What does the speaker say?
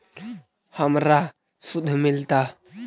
हमरा शुद्ध मिलता?